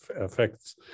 effects